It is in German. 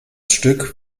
stück